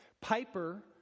Piper